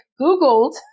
Googled